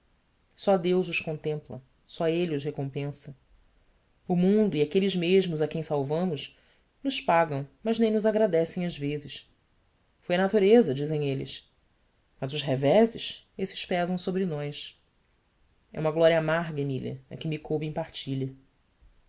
só deus os contempla só ele os recompensa o mundo e aqueles mesmos a quem salvamos nos pagam mas nem nos agradecem às vezes foi a natureza dizem eles mas os reveses esses pesam sobre nós é uma glória amarga emília a que me coube em partilha